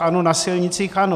Ano, na silnicích ano.